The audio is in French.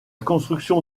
construction